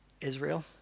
Israel